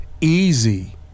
easy